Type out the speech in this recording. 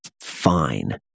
fine